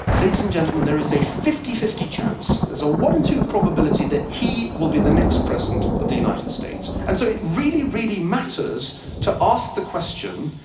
ladies and gentleman, there is a fifty fifty chance, there's a one in two probability that he will be the next president of the united states. and so it really, really matters to ask the question,